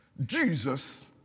Jesus